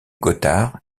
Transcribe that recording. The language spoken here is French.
gothard